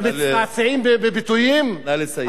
ומצטעצעים בביטויים, נא לסיים.